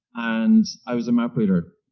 and i was a mouth breather.